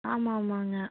ஆமாம் ஆமாங்க